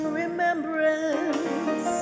remembrance